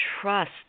trust